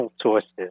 sources